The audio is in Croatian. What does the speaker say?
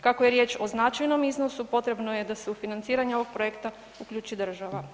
Kako je riječ o značajnom iznosu potrebno je da se u financiranje ovog projekta uključi država.